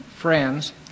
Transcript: friends